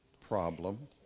problem